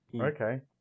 Okay